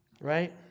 Right